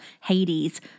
Hades